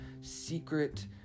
secret